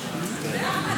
לא בכדי כל